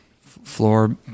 floor